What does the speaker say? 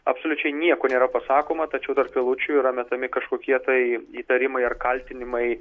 absoliučiai nieko nėra pasakoma tačiau tarp eilučių yra metami kažkokie tai įtarimai ar kaltinimai